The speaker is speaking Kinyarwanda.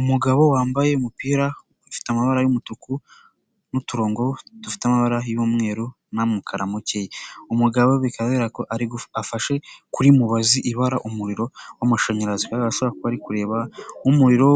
Umugabo wambaye umupira ufite amabara y'umutuku n'uturongo dufite amabara y'umweru n'umukara mukeya, umugabo bikaba bigaragara ko afashe kuri mubazi ibara umuriro w'amashanyarazi, bigaragara ko ashobora kuba ari kureba nk'umuriro